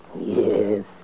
Yes